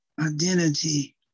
identity